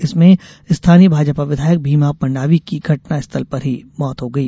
इसमें स्थानीय भाजपा विधायक भीमा मंडावी की घटना स्थल पर ही मौत हो गई